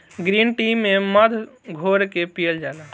green tea में मध घोर के पियल जाला